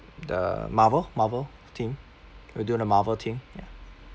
the marvel marvel theme we do the marvel theme ya